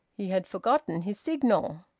he had forgotten his signal.